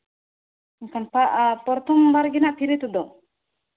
ᱮᱱᱠᱷᱟᱱ ᱯᱨᱚᱛᱷᱚᱢ ᱵᱟᱨ ᱜᱮ ᱦᱟᱸᱜ ᱯᱷᱨᱤ ᱛᱮᱫᱚ